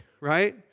right